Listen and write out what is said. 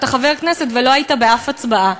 אתה חבר כנסת ולא היית באף הצבעה.